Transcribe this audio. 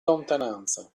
lontananza